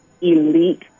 elite